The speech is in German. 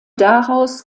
daraus